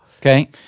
Okay